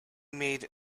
made